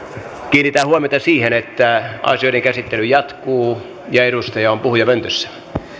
kiinnitän huomiota siihen että asioiden käsittely jatkuu ja edustaja on puhujapöntössä